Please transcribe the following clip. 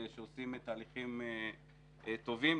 שעושים תהליכים טובים,